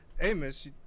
Amos